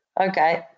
Okay